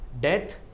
death